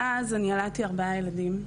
מאז אני ילדתי ארבעה ילדים,